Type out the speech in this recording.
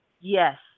yes